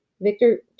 Victor